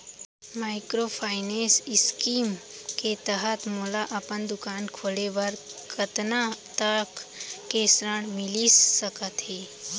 Microfinance scheme के तहत मोला अपन दुकान खोले बर कतना तक के ऋण मिलिस सकत हे?